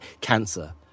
cancer